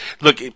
Look